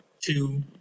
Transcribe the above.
two